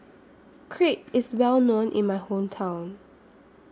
Crepe IS Well known in My Hometown